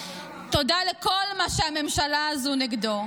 תודה על כל מה שהממשלה הזו נגדו,